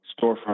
storefront